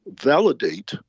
validate